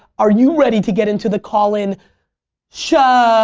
are you ready to get into the call-in show?